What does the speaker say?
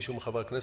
מישהו מחברי הכנסת,